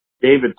David